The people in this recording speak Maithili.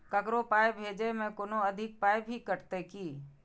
ककरो पाय भेजै मे कोनो अधिक पाय भी कटतै की?